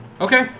okay